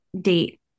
date